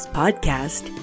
podcast